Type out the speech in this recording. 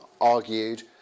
argued